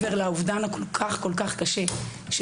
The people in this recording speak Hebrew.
האובדן של כל אדם,